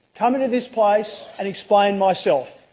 come into this place and explained myself,